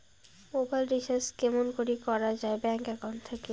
Mobile recharge কেমন করি করা যায় ব্যাংক একাউন্ট থাকি?